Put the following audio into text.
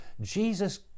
Jesus